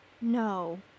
no